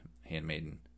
handmaiden